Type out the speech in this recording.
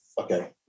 okay